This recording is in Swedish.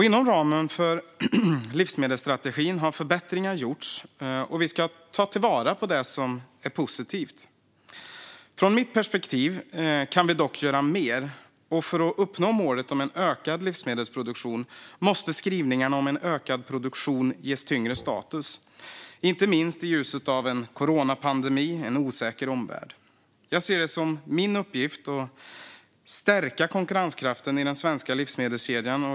Inom ramen för livsmedelsstrategin har förbättringar gjorts, och vi ska ta till vara det som är positivt. Från mitt perspektiv kan vi dock göra mer. För att uppnå målet om ökad livsmedelsproduktion måste skrivningarna om ökad produktion ges tyngre status, inte minst i ljuset av en coronapandemi och en osäker omvärld. Jag ser det som min uppgift att stärka konkurrenskraften i den svenska livsmedelskedjan.